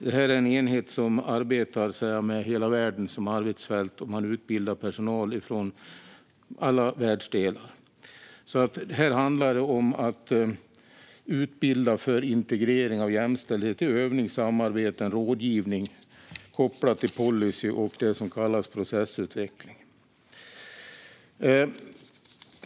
Det här är en enhet som arbetar med hela världen som arbetsfält, och man utbildar personal från alla världsdelar. Här handlar det om att utbilda för integrering av jämställdhet i övning, samarbeten och rådgivning kopplat till policy och det som kallas processutveckling.